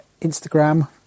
instagram